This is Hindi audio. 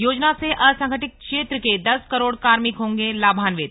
योजना से असंगठित क्षेत्र के दस करोड़ कार्मिक होंगे लाभान्वित